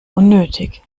unnötig